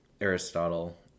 Aristotle